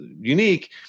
unique